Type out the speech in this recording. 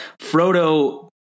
Frodo